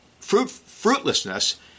fruitlessness